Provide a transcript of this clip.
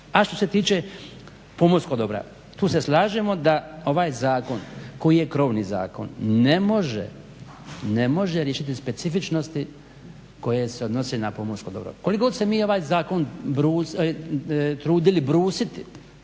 A što se tiče pomorskog dobra tu se slažemo da ovaj zakon koji je krovni zakon. Ne može riješiti specifičnosti koje se odnose na pomorsko dobro. Koliko god se mi se ovaj zakon trudili brusiti